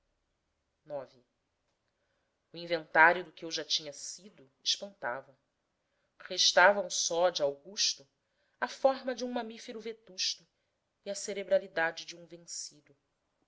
o inventário do que eu já tinha sido espantava restavam só de augusto a forma de um mamífero vetusto e a cerebralidade de um vencido